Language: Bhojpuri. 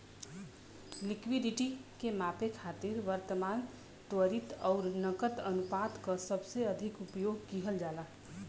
लिक्विडिटी के मापे खातिर वर्तमान, त्वरित आउर नकद अनुपात क सबसे अधिक उपयोग किहल जाला